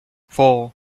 four